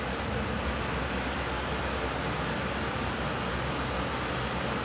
but you cannot like hide the superpower like everyone like see see like everyone can see you fly gitu